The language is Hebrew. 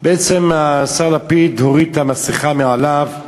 בעצם השר לפיד הוריד את המסכה מעליו,